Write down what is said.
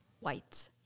whites